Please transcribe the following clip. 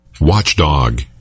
Watchdog